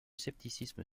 scepticisme